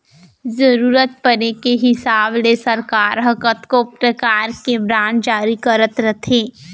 जरूरत परे के हिसाब ले सरकार ह कतको परकार के बांड जारी करत रथे